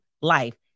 life